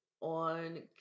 on